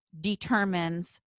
determines